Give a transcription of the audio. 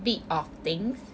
bit of things